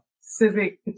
civic